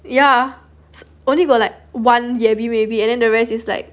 ya only got like one yabby maybe and then the rest is like